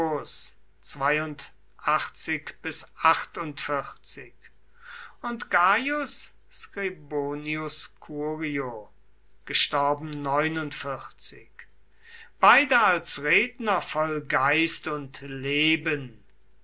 und gaius scribonius curio beide als redner voll geist und leben